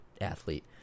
athlete